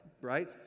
right